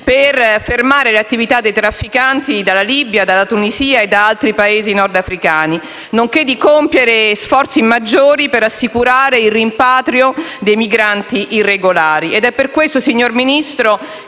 per fermare le attività dei trafficanti dalla Libia, dalla Tunisia e da altri Paesi nordafricani, nonché di compiere sforzi maggiori per assicurare il rimpatrio dei migranti irregolari. È per questo, signor Ministro,